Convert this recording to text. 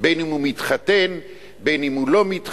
בין אם הוא מתחתן, בין אם הוא לא מתחתן,